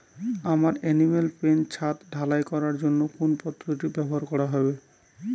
আমার animal pen ছাদ ঢালাই করার জন্য কোন পদ্ধতিটি ব্যবহার করা হবে?